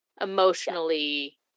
emotionally